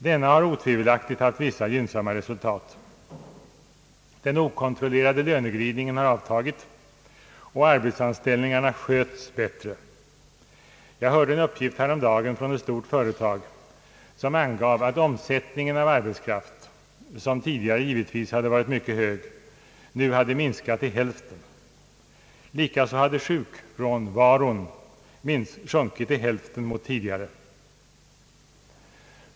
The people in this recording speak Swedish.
Denna har otvivelaktigt haft vissa gynnsamma resultat. Den okontrollerade löneglidningen har avtagit, och arbetsanställningarna sköts bättre. Jag hörde häromdagen från ett stort företag att omsättningen av arbetskraft, som tidigare givetvis hade varit mycket hög, nu hade minskat till hälften. Även sjukfrånvaron hade minskat till hälften.